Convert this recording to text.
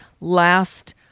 last